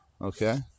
okay